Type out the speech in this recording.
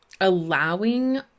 allowing